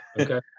okay